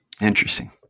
Interesting